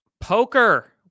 Poker